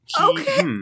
Okay